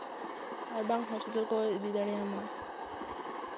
ᱟᱨ ᱵᱟᱝ ᱦᱚᱥᱯᱤᱴᱟᱞ ᱠᱚ ᱤᱫᱤ ᱫᱟᱲᱮᱭᱟᱢᱟ